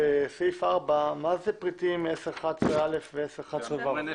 בסעיף 4, מה זה פריטים 10.11א ו-10.11ב?